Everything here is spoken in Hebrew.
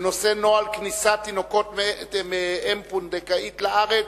בנושא: נוהל כניסת תינוקות מאם פונדקאית לארץ,